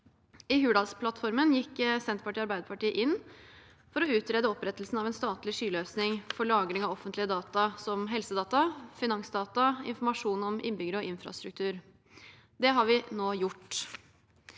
I Hurdalsplattformen gikk Senterpartiet og Arbeiderpartiet inn for å utrede opprettelsen av en statlig sky løsning for lagring av offentlige data som helsedata, finansdata og informasjon om innbyggere og infrastruktur. Det har vi nå gjort.